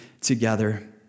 together